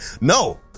no